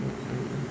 mm mm mm